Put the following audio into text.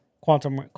Quantum